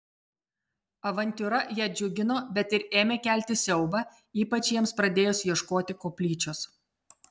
avantiūra ją džiugino bet ir ėmė kelti siaubą ypač jiems pradėjus ieškoti koplyčios